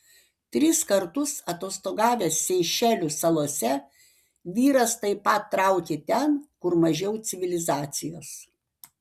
tris kartus atostogavęs seišelių salose vyras taip pat traukė ten kur mažiau civilizacijos